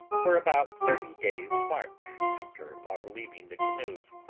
for about thirty days' march after our leaving the canoes,